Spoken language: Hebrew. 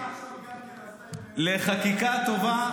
לחקיקה טובה.